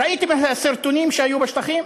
ראיתם סרטונים שהיו בשטחים,